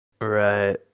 Right